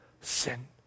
sin